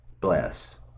Bless